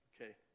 Okay